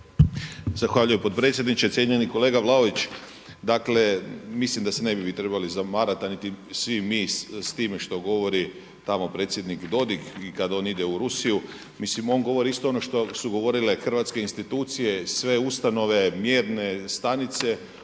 Zahvaljujem potpredsjedniče. Cijenjeni kolega Vlaović. Dakle mislim da se ne bi vi trebali zamarati, a niti svi mi s time što govori tamo predsjednik Dodig i kada on ide u Rusiju. Mislim on govori isto ono što su govorile hrvatske institucije, sve ustanove mjerene stanice